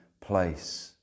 place